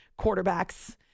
quarterbacks